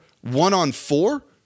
one-on-four